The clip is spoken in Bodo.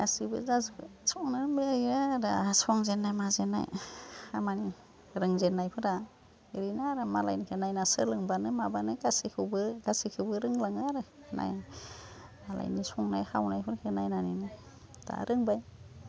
गासिबो जाजोब्बाय संनो होनबा हायो आरो दा आंहा संजेन्नाय माजेन्नाय खामानि रोंजेन्नायफ्रा ओरैनो आरो मालायनिखौ नायनानै सोलोंबानो माबानो गासैखौबो गासैखौबो रोंलाङो आरो मालायनि संनाय खावनायफोरखो नायनानैनो दा रोंबाय